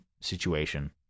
situation